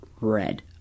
red